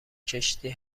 کشتی